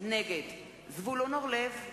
נגד זבולון אורלב,